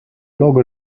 logo